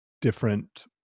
different